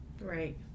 Right